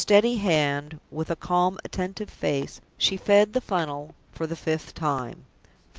with a steady hand, with a calm, attentive face, she fed the funnel for the fifth time.